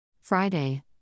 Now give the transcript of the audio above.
Friday